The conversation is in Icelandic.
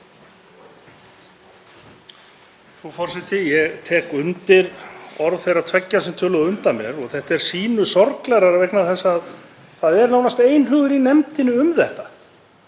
Frú forseti. Ég tek undir orð þeirra tveggja sem töluðu á undan mér. Þetta er sýnu sorglegra vegna þess að það er nánast einhugur í nefndinni um þetta.